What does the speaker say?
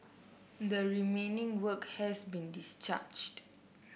the remaining worker has been discharged